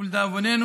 ולדאבוננו,